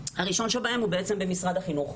הראשון הוא בעצם במשרד החינוך.